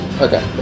Okay